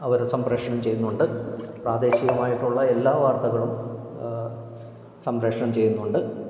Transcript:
അവർ സംപ്രേഷണം ചെയ്യുന്നുണ്ട് പ്രാദേശികമായിട്ടുള്ള എല്ലാ വാർത്തകളും സംപ്രേഷണം ചെയ്യുന്നുണ്ട്